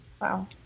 wow